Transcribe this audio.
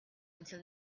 until